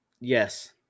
yes